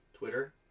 Twitter